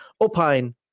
opine